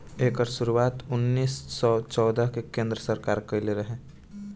एकर शुरुआत उन्नीस सौ चौदह मे केन्द्र सरकार कइले रहे